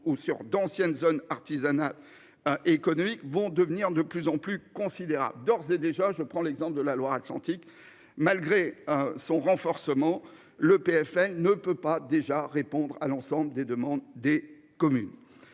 ou sur d'anciennes zones artisanales. Économiques vont devenir de plus en plus considérable d'ores et déjà, je prends l'exemple de la Loire-Atlantique malgré son renforcement. L'EPFL ne peut pas déjà répondre à l'ensemble des demandes des communes.